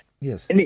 Yes